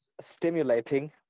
stimulating